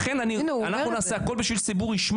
אני מדברת איתו בנימוס.